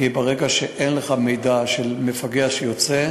כי ברגע שאין לך מידע על מפגע שיוצא,